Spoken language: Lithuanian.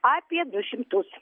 apie du šimtus